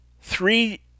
three